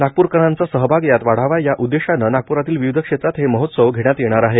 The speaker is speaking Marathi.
नागपूरकरांचा सहभाग यात वाढावा या उद्देशानं नागपूरातील विविध क्षेत्रात हे महोत्सव घेण्यात येणार आहे